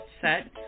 set